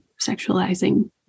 sexualizing